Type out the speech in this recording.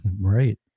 Right